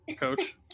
coach